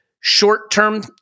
short-term